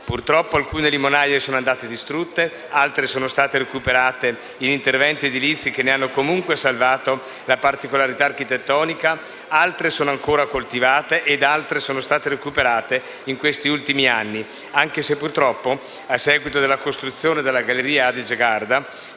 Purtroppo alcune limonaie sono andate distrutte, altre sono state recuperate in interventi edilizi che ne hanno comunque salvato la particolarità architettonica, altre sono ancora coltivate e altre sono state recuperate in questi ultimi anni, anche se purtroppo, a seguito della costruzione della galleria Adige-Garda,